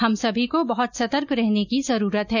हम सभी को बहत सतर्क रहने की जरूरत है